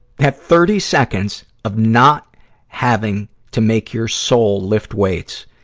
that thirty seconds of not having to make your soul lift weights,